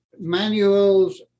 manuals